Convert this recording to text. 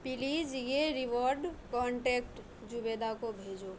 please یہ reward contact Zubaida کو بھیجو